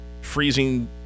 freezing